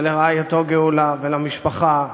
ולרעייתו גאולה, ולמשפחה,